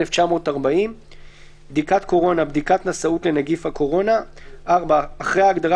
1940‏ ; "בדיקת קורונה" בדיקת נשאות לנגיף הקורונה,"; (4)אחרי ההגדרה